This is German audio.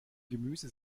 gemüse